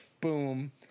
boom